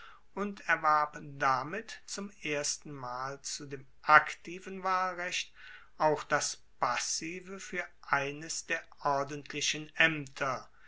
und erwarb damit zum erstenmal zu dem aktiven wahlrecht auch das passive fuer eines der ordentlichen aemter